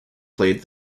played